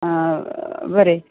बरें